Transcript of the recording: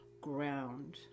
ground